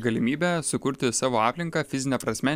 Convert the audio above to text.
galimybę sukurti savo aplinką fizine prasme